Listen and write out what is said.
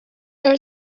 there